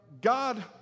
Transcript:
God